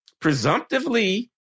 presumptively